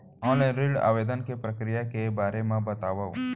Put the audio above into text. Online ऋण आवेदन के प्रक्रिया के बारे म बतावव?